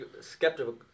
skeptical